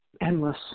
endless